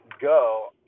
go